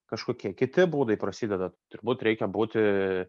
kažkokie kiti būdai prasideda turbūt reikia būti